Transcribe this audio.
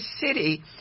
city